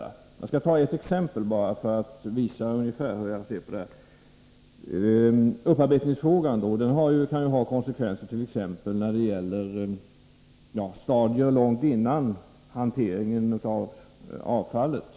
Jag skall bara ta ett exempel för att visa ungefär hur jag ser på detta. Upparbetningsfrågan kan ju ha konsekvenser när det gäller stadier långt före hanteringen av avfallet.